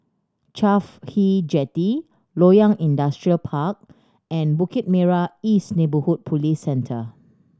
CAFHI Jetty Loyang Industrial Park and Bukit Merah East Neighbourhood Police Centre